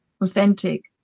authentic